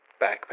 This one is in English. backpack